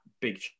big